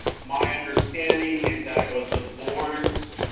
my understanding is that it was the board's